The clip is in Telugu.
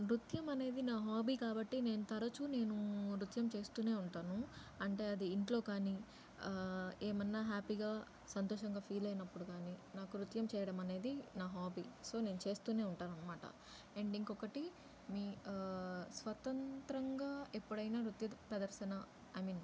నృత్యం అనేది నా హాబీ కాబట్టి నేను తరచూ నేను నృత్యం చేస్తూనే ఉంటాను అంటే అది ఇంట్లో కానీ ఏమైనా హ్యాపీగా సంతోషంగా ఫీల్ అయినప్పుడు కానీ నాకు నృత్యం చేయడం అనేది నా హాబీ సో నేను చేస్తూనే ఉంటాను అన్నమాట అండ్ ఇంకొకటి మీ స్వతంత్రంగా ఎప్పుడైనా నృత్య ప్రదర్శన ఐ మీన్